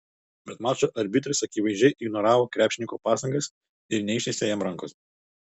bet mačo arbitras akivaizdžiai ignoravo krepšininko pastangas ir neištiesė jam rankos